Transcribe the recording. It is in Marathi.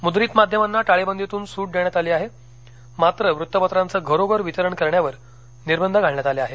मुद्रित माध्यमांना टाळेबंदीतून सूट देण्यात आली आहे मात्र वृत्तपत्रांचं घरोघर वितरण करण्यावर निर्बंध घालण्यात आले आहेत